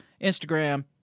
Instagram